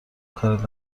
کارت